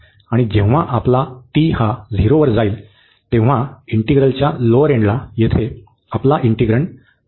आणि जेव्हा आपला t हा झिरोवर जाईल तेव्हा इंटिग्रलच्या लोअर एंडला येथे आपला इंटिग्रन्ड अनबाउंडेड होणार आहे